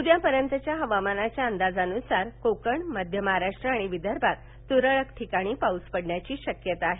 उद्या पर्यंतच्या हवामानाच्या अंदाजानुसार कोकण मध्य महाराष्ट्र आणि विदर्भात तुरळक ठिकाणी पाउस पडण्याची शक्यता आहे